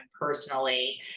personally